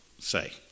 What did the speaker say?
say